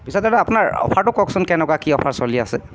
পিছে দাদা আপোনাৰ অ'ফাৰটো কওকচোন কেনেকুৱা কি অ'ফাৰ চলি আছে